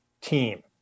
team